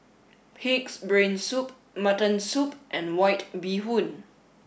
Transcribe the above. pig's brain soup mutton soup and white bee hoon